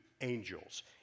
angels